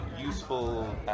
useful